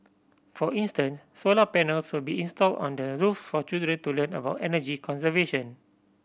for instance solar panels will be installed on the roofs for children to learn about energy conservation